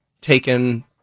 taken